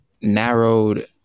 narrowed